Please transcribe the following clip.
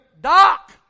Doc